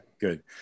Good